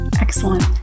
Excellent